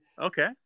okay